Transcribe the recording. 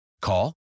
Call